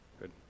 Good